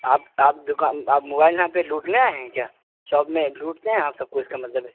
آپ آپ دکان آپ موبائل یہاں پہ لوٹنے آیے ہیں کیا شاپ میں لوٹتے ہیں آپ سب کو اس کا مطلب ہے